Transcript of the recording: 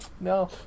no